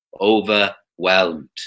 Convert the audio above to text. overwhelmed